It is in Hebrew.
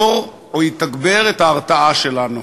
יתגברו את ההרתעה שלנו.